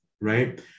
right